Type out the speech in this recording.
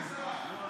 פשוט מאס בכם.